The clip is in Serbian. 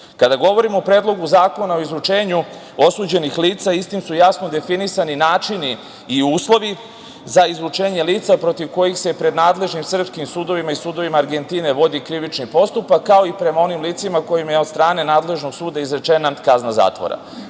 govorimo o Predlogu zakona o izručenju osuđenih lica, istim su jasno definisani način i uslovi za izručenje lica protiv kojih se pred nadležnim srpskim sudovima i sudovima Argentine vodi krivični postupak, kao i prema onim licima kojima je od strane nadležnog suda izrečena kazna zatvora. Veoma